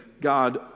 God